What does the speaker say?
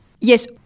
Yes